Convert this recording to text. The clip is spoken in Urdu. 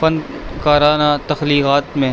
فن کارانہ تخلیقات میں